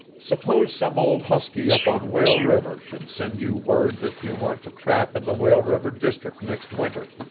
suppose some old husky up on whale river should send you word that you weren't to trap in the whale river district next winter.